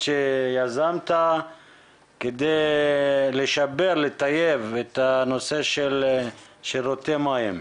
שיזמת כדי לטייב את הנושא של שירותי מים.